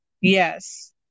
yes